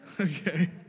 Okay